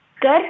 Good